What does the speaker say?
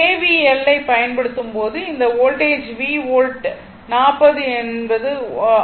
L I பயன்படுத்தும் போது இந்த வோல்டேஜ் v வோல்ட் 40 என்பது வோல்ட் ஆகும்